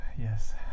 Yes